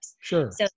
Sure